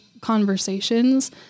conversations